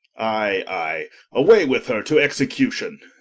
i, i away with her to execution